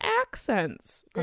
accents